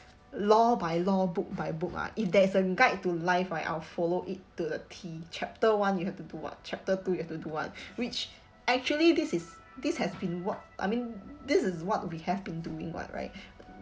law by law book by book lah if there is a guide to life right I'll follow it to the T chapter one you have to do what chapter two you have to do what which actually this is this has been what I mean this is what we have been doing [what] right